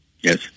yes